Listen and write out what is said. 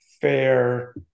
fair